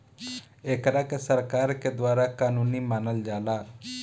एकरा के सरकार के द्वारा कानूनी मानल जाला